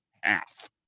Half